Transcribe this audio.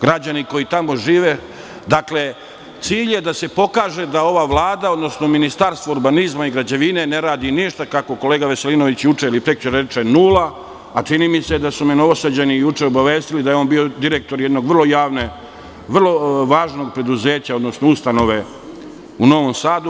Građani koji tamo žive, dakle, cilj je da se pokaže da ova vlada, odnosno Ministarstvo urbanizma i građevine ne radi ništa, kako kolega Veselinović juče ili prekjuče reče, nula, a čini mi se da su me Novosađani juče obavestili da je on bio direktor jednog vrlo važnog preduzeća, odnosno ustanove u Novom Sadu.